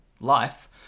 life